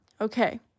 Okay